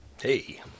hey